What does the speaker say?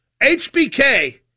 HBK